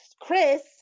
Chris